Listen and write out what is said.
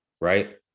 Right